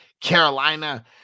Carolina